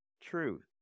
truth